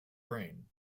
brain